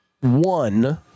One